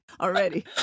already